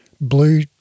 blue